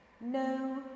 no